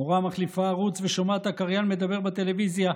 המורה מחליפה ערוץ ושומעת את הקריין מדבר בטלוויזיה: